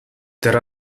der